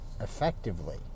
effectively